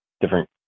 different